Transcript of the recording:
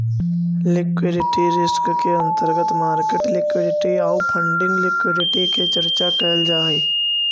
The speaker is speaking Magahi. लिक्विडिटी रिस्क के अंतर्गत मार्केट लिक्विडिटी आउ फंडिंग लिक्विडिटी के चर्चा कैल जा हई